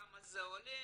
כמה זה עולה,